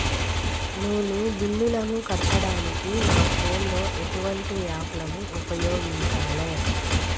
నేను బిల్లులను కట్టడానికి నా ఫోన్ లో ఎటువంటి యాప్ లను ఉపయోగించాలే?